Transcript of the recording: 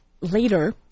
later